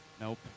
Nope